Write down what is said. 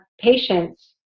patients